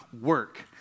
work